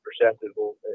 perceptible